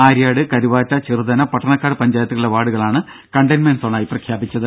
ആര്യാട് കരുവാറ്റ ചെറുതന പട്ടണക്കാട് പഞ്ചായത്തുകളിലെ വാർഡുകളാണ് കണ്ടെയിൻമെന്റ് സോണായി പ്രഖ്യാപിച്ചത്